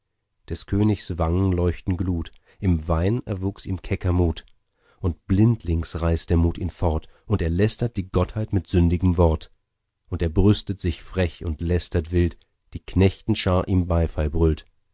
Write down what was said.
des königs wangen leuchten glut im wein erwuchs ihm kecker mut und blindlings reißt der mut ihn fort und er lästert die gottheit mit sündigem wort und er brüstet sich frech und lästert wild die knechtenschar ihm beifall brüllt